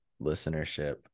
listenership